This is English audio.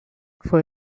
for